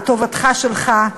בטובתך שלך.